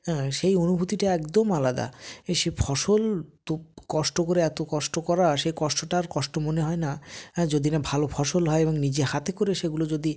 হ্যাঁ সেই অনুভূতিটা একদম আলাদা এ সে ফসল কষ্ট করে এত কষ্ট করা সেই কষ্টটা আর কষ্ট মনে হয় না হ্যাঁ যদি না ভালো ফসল হয় এবং নিজে হাতে করে সেগুলো যদি